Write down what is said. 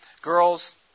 Girls